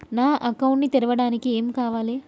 నా అకౌంట్ ని తెరవడానికి ఏం ఏం కావాలే?